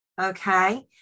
Okay